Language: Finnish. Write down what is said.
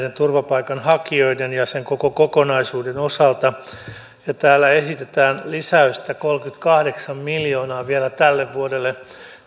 turvapaikanhakijoiden ja sen koko kokonaisuuden osalta ja täällä esitetään lisäystä kolmekymmentäkahdeksan miljoonaa vielä tälle vuodelle